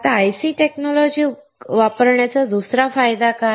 आता IC तंत्रज्ञान वापरण्याचा दुसरा फायदा काय